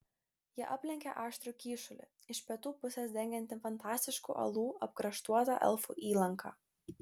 jie aplenkė aštrų kyšulį iš pietų pusės dengiantį fantastiškų uolų apkraštuotą elfų įlanką